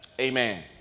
Amen